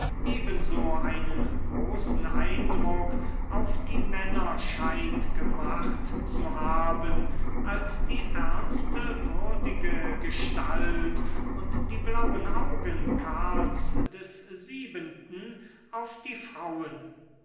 ebenso einen großen eindruck auf die männer scheint gemacht zu haben als die ernste würdige gestalt und die blauen augen karls des siebenten auf die frauen